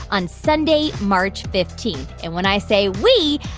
on sunday, march fifteen. and when i say we,